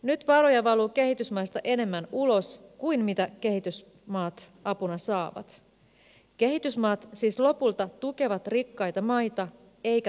nyt varoja valuu kehitysmaista enemmän ulos kuin mitä kehitysmaat apuna saavat kehitysmaat siis lopulta tukevat rikkaita maita eikä toisinpäin